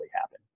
happen